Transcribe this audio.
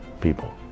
people